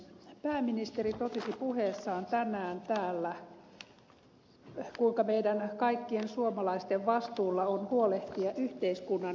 pääministeri totesi puheessaan tänään täällä kuinka meidän kaikkien suomalaisten vastuulla on huolehtia yhteiskunnan heikoimmista